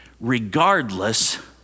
regardless